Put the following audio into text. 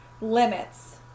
limits